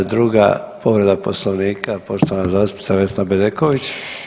Druga povreda Poslovnika poštovana zastupnica Vesna Bedeković.